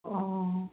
অঁ